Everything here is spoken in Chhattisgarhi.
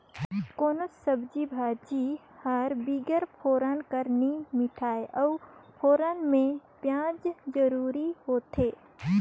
कोनोच सब्जी भाजी हर बिगर फोरना कर नी मिठाए अउ फोरना में पियाज जरूरी होथे